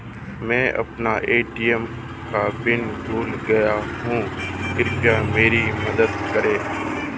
मैं अपना ए.टी.एम का पिन भूल गया हूं, कृपया मेरी मदद करें